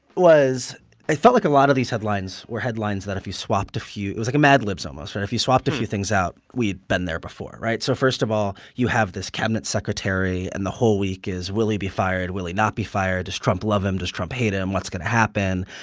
was i felt like a lot of these headlines were headlines that if you swapped a few it was like a mad libs, almost, right? if you swapped a few things out, we'd been there before, right? so first of all, you have this cabinet secretary, and the whole week is, will he be fired? will he not be fired? does trump love him? does trump hate him? what's going to happen?